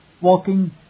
walking